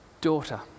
Daughter